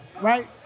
right